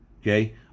okay